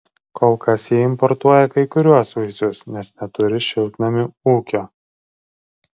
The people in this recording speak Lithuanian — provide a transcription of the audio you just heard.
kol kas jie importuoja kai kuriuos vaisius nes neturi šiltnamių ūkio